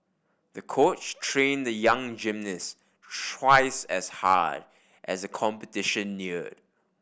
the coach trained the young gymnast twice as hard as the competition neared